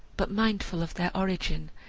but mindful of their origin,